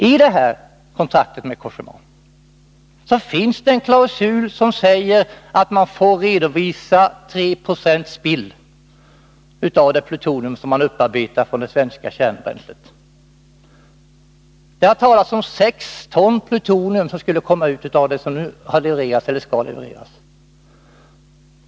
I kontraktet med Cogéma finns det en klausul som säger att man får redovisa 3 20 i spill av det plutonium som kommer från det svenska kärnbränslet. Det har talats om sex ton plutonium som skall komma ut av det som nu har levererats eller skall levereras.